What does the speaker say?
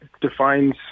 defines